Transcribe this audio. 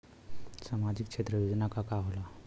सामाजिक क्षेत्र योजना का होला?